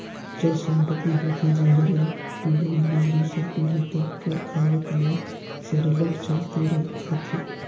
अचल संपत्ति होथे जेहर एक पीढ़ी ले दूसर पीढ़ी तक कर आवत ले सरलग चलते आथे